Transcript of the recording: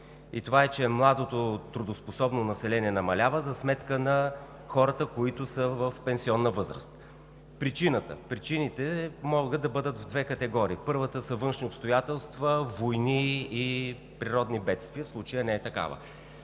картина и че младото трудоспособно население намалява за сметка на хората, които са в пенсионна възраст. Причините могат да бъдат в две категории. Първата са външни обстоятелства – войни и природни бедствия. В случая не е такава.